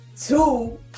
Two